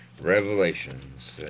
Revelations